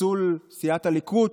לפיצול סיעת הליכוד,